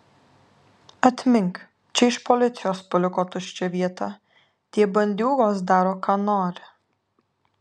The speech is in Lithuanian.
atmink čia iš policijos paliko tuščia vieta tie bandiūgos daro ką nori